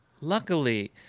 luckily